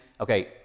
Okay